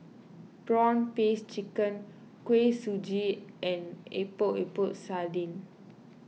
Prawn Paste Chicken Kuih Suji and Epok Epok Sardin